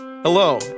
Hello